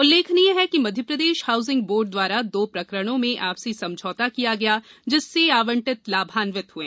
उल्लेखनीय है कि मध्यप्रदेश हाउसिंग बोर्ड द्वारा दो प्रकरणों में आपसी समझौता किया गया जिससे आवंटी लाभांवित हुए